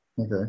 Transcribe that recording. Okay